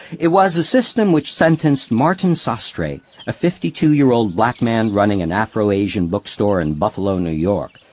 it was a system which sentenced martin sostre, a a fifty-two-year-old black man running an afro asian bookstore in buffalo, new york,